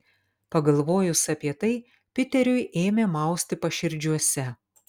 pagalvojus apie tai piteriui ėmė mausti paširdžiuose